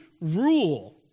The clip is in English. rule